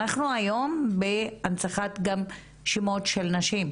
אנחנו היום בהנצחת גם שמות של נשים,